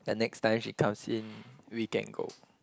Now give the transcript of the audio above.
the next time she comes in we can go